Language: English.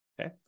okay